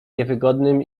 niewygodnym